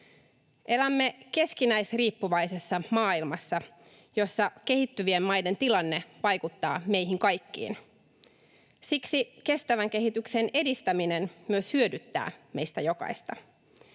Elämme keskinäisriippuvaisessa maailmassa, jossa kehittyvien maiden tilanne vaikuttaa meihin kaikkiin. Siksi kestävän kehityksen edistäminen myös hyödyttää meistä jokaista.